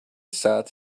sat